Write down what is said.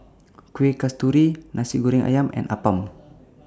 Kueh Kasturi Nasi Goreng Ayam and Appam